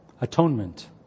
atonement